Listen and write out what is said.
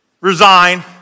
resign